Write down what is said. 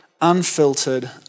unfiltered